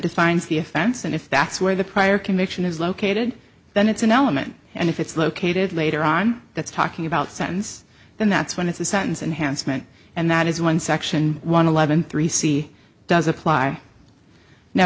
defines the offense and if that's where the prior conviction is located then it's an element and if it's located later on that's talking about sentence then that's when it's a sentence and hanson and that is one section one eleven three c does apply now